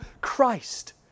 Christ